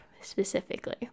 specifically